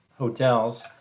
hotels